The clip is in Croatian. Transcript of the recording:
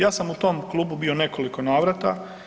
Ja sam u tom klubu bio u nekoliko navrata.